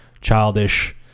childish